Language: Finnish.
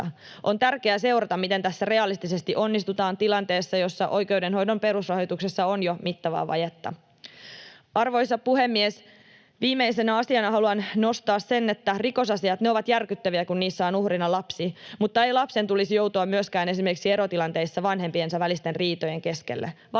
On tärkeää seurata, miten tässä realistisesti onnistutaan tilanteessa, jossa jo oikeudenhoidon perusrahoituksessa on mittavaa vajetta. Arvoisa puhemies! Viimeisenä asiana haluan nostaa sen, että rikosasiat ovat järkyttäviä, kun niissä on uhrina lapsi, mutta ei lapsen tulisi joutua myöskään esimerkiksi erotilanteissa vanhempiensa välisten riitojen keskelle. Valitettavan